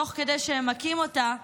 תוך כדי שהם מכים אותה,